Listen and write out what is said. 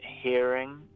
hearing